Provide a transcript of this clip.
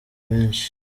benshi